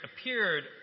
appeared